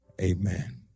Amen